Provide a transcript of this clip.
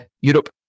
Europe